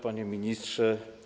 Panie Ministrze!